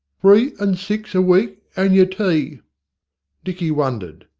three an' six a week an' yer tea dicky wondered.